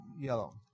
yellow